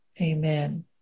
Amen